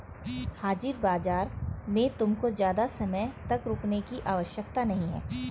हाजिर बाजार में तुमको ज़्यादा समय तक रुकने की आवश्यकता नहीं है